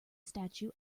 statue